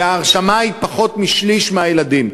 וההרשמה היא של פחות משליש מהילדים.